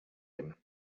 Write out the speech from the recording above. him